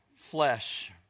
Flesh